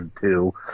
two